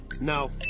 No